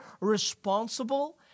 responsible